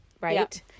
Right